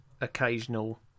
occasional